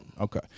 Okay